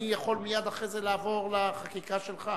אני יכול מייד לאחר מכן לעבור לחקיקה שלך.